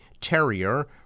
terrier